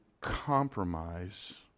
compromise